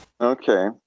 okay